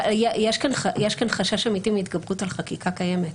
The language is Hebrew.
אבל יש כאן חשש אמיתי מהתגברות על חקיקה קיימת.